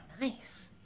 Nice